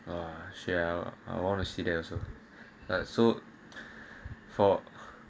a shell or wanna sit there also like so for